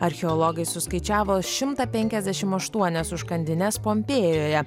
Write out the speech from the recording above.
archeologai suskaičiavo šimtą penkiasdešim aštuonias užkandines pompėjoje